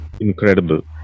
incredible